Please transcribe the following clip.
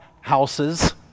houses